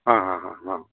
ಹಾಂ ಹಾಂ ಹಾಂ ಹಾಂ